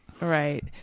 right